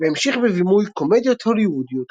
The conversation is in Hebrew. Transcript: והמשיך בבימוי קומדיות הוליוודיות קלילות.